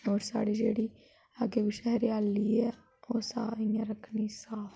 और साढ़ी जेहड़ी अग्गे पिच्छे हरियाली ऐ और सारी इयां रखनी साफ